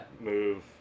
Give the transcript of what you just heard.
move